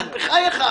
בחייך.